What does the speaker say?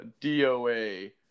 doa